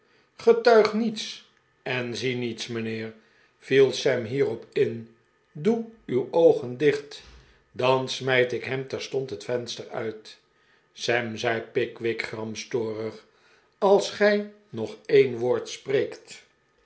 niets en zie niets mijnheer viel sam hierop in doe uw oogen dicht dan smijt ik hem terstond het venster uit sam j zei pickwick gramstorig als gij nog een woord spreekt